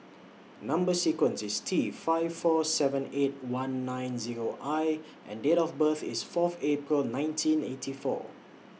Number sequence IS T five four seven eight one nine Zero I and Date of birth IS Fourth April nineteen eighty four